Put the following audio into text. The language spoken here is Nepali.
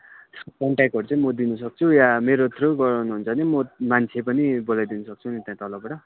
त्यसको कन्ट्याक्टहरू चाहिँ म दिनसक्छु या मेरो थ्रु गराउनुहुन्छ भने म मान्छे पनि बोलाइदिनसक्छु नि त्यहाँ तलबाट